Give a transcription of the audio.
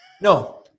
no